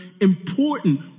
important